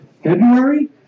February